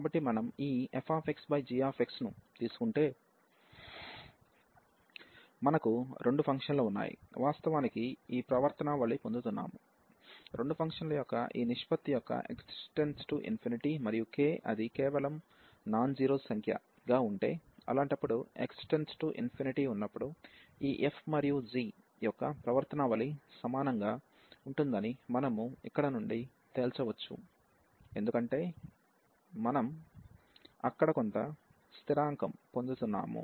కాబట్టి మనము ఈ fxgx ను తీసుకుంటే మనకు రెండు ఫంక్షన్లు ఉన్నాయి వాస్తవానికి ఈ ప్రవర్తనావళి పొందుతున్నాము రెండు ఫంక్షన్ల యొక్క ఈ నిష్పత్తి యొక్క x→∞ మరియు k అది కేవలం నాన్ జీరో సంఖ్య గా ఉంటే అలాంటప్పుడు x→∞ఉన్నప్పుడు ఈ f మరియు g యొక్క ప్రవర్తనావళి సమానంగా ఉంటుందని మనము ఇక్కడ నుండి తేల్చవచ్చు ఎందుకంటే మనం అక్కడ కొంత స్థిరాంకం పొందుతున్నాము